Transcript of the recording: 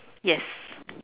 yes